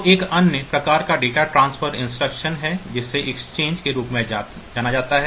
तो एक अन्य प्रकार का डेटा ट्रांसफर इंस्ट्रक्शन है जिसे एक्सचेंज के रूप में जाना जाता है